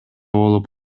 болуп